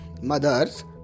mothers